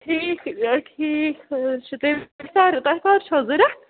ٹھیٖک ٹھیٖک حظ چھُ تیٚلہِ کَرٕ تۄہہِ کَر چھَو ضوٚرَتھ